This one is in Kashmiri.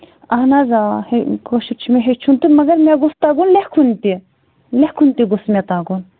اَہن حظ آ کٲشُر چھُ مےٚ ہیٚچھُن تہٕ مگر مےٚ گوٚژھ تگُن لٮ۪کھُن تہِ لٮ۪کھُن تہِ گوٚژھ مےٚ تگُن